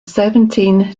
seventeen